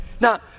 Now